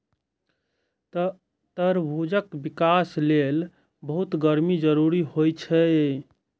तरबूजक विकास लेल बहुत गर्मी जरूरी होइ छै